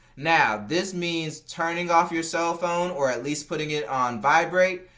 now, this means turning off your cellphone or at least putting it on vibrate.